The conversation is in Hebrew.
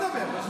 אני לא מדבר.